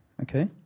Okay